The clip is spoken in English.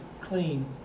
clean